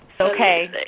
okay